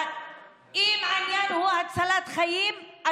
אם העניין הוא הצלת חיים,